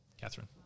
Catherine